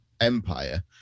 empire